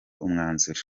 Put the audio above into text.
umwanzuro